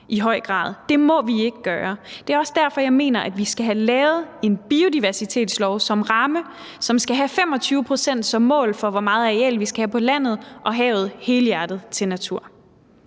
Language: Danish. ignoreret. Det må vi ikke gøre. Det er også derfor, jeg mener, at vi skal have lavet en biodiversitetslov som ramme, som skal have 25 pct. som mål for, hvor meget areal vi skal have på landet og havet, helhjertet til natur.